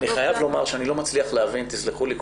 אני חייב לומר שאני לא מצליח להבין תסלחו לי,